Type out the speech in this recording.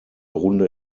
runde